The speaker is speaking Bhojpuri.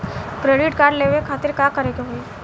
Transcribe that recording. क्रेडिट कार्ड लेवे खातिर का करे के होई?